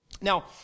Now